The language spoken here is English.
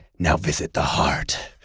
now, visit the heart.